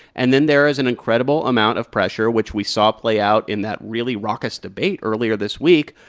and then there is an incredible amount of pressure, which we saw play out in that really raucous debate earlier this week,